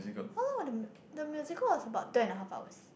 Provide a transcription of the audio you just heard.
how long was the mu~ the musical was about two and a half hours